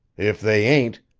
if they ain't,